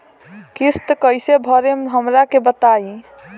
किस्त कइसे भरेम हमरा के बताई?